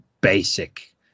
basic